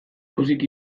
pozik